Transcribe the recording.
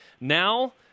Now